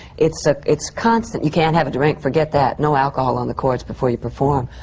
it's ah it's constant. you can't have a drink, forget that, no alcohol on the chords before you perform.